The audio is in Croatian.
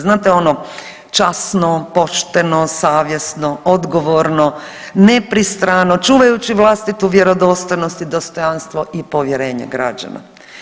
Znate ono, časno, pošteno, savjesno, odgovorno, nepristrano, čuvajući vlastitu vjerodostojnost i dostojanstvo i povjerenje građana.